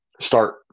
Start